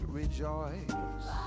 rejoice